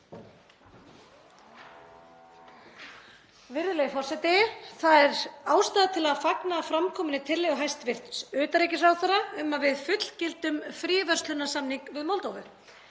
Virðulegur forseti. Það er ástæða til að fagna fram kominni tillögu hæstv. utanríkisráðherra um að við fullgildum fríverslunarsamning við Moldóvu.